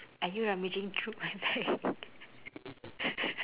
are you rummaging through my bag